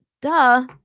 Duh